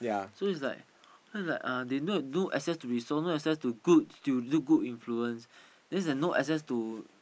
so is like so is like uh they no no access to resource no access to good to good influence so no assess to